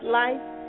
life